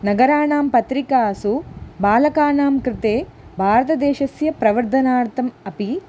नगराणां पत्रिकासु बालकानां कृते भारतदेशस्य प्रवर्धनार्थम् अपि